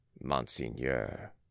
Monseigneur